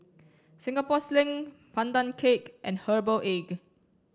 Singapore Sling Pandan Cake and herbal egg